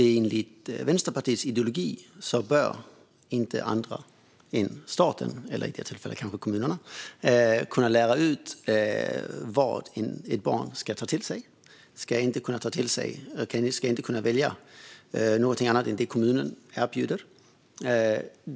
Enligt Vänsterpartiets ideologi bör inte andra än staten - eller kanske kommunerna - kunna avgöra vad ett barn ska ta till sig och inte ska ta till sig. Man ska inte kunna välja någonting annat än det som kommunen erbjuder.